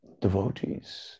devotees